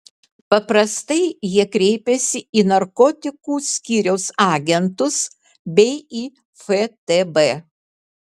paprastai jie kreipiasi į narkotikų skyriaus agentus bei į ftb